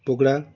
pakora